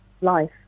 life